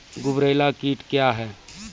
गुबरैला कीट क्या हैं?